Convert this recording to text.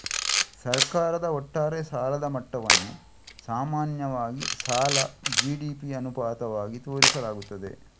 ಸರ್ಕಾರದ ಒಟ್ಟಾರೆ ಸಾಲದ ಮಟ್ಟವನ್ನು ಸಾಮಾನ್ಯವಾಗಿ ಸಾಲ ಜಿ.ಡಿ.ಪಿ ಅನುಪಾತವಾಗಿ ತೋರಿಸಲಾಗುತ್ತದೆ